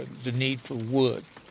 the need for wood.